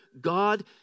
God